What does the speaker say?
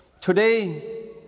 Today